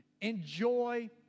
enjoy